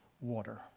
water